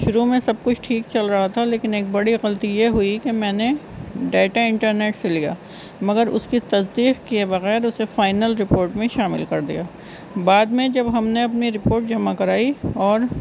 شروع میں سب کچھ ٹھیک چل رہا تھا لیکن ایک بڑی غلطی یہ ہوئی کہ میں نے ڈیٹا انٹرنیٹ سے لیا مگر اس کی تصدیق کی بغیر اسے فائنل رپورٹ میں شامل کر دیا بعد میں جب ہم نے اپنی رپورٹ جمع کرائی اور